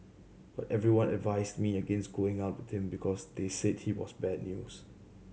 but everyone advised me against going out with him because they said he was bad news